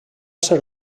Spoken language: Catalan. ser